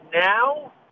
now